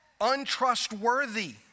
untrustworthy